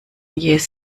jähes